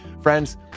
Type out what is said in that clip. Friends